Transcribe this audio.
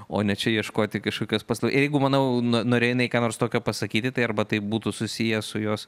o ne čia ieškoti kažkokios pas jeigu manau no norėjo jinai ką nors tokio pasakyti tai arba tai būtų susiję su jos